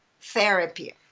therapy